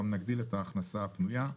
גם נגדיל את ההכנסה הפנויה.